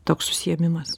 toks užsiėmimas